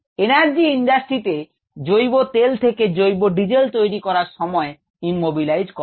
energy ইন্ডাস্ট্রিতে জৈব তেল থেকে জৈব ডিজেল তৈরি করার সময় ইম্যবিলাইজ করা হয়